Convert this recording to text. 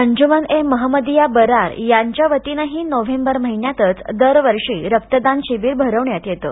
अंजुमन ए महमदिया बरार यांच्या वतीनं ही नोव्हेंबर महिन्यातच दरवर्षी रक्तदान शिबिर भरवण्यात येतं